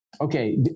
okay